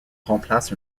remplace